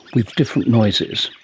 with different noises,